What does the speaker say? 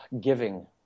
giving